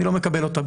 אני לא מקבל אותה,